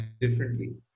differently